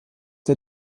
der